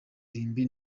irimbi